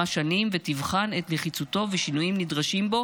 שנים ותבחן את נחיצותו ושינויים נדרשים בו